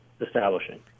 establishing